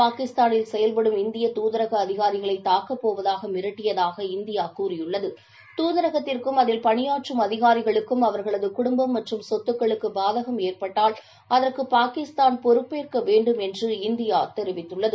பாகிஸ்தானில் செயல்படும் இந்திய தூதரக அதிகாரிகளை தாக்கப்போவதாக மிரட்டியதாக இந்தியா கூறியுள்ளது தூதரகத்திற்கும் அதில் பணியாற்றும் அதிகாரிகளுக்கும் அவர்களது குடும்பம் மற்றும் சொத்துக்களுக்கு பாதகம் ஏற்பட்டால் அகுற்கு பாகிஸ்தான் பொறுப்பேற்க வேண்டும் என்று இந்தியா தெரிவித்துள்ளது